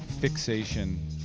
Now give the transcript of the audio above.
fixation